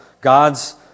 God's